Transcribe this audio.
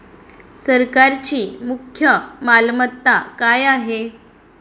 सरकारची मुख्य मालमत्ता काय आहे?